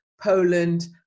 Poland